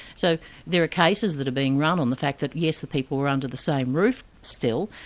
so there are cases that are being run on the fact that yes, the people were under the same roof still,